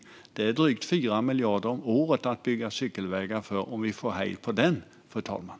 Om vi får hejd på den har vi drygt 4 miljarder om året att bygga cykelvägar för, fru talman.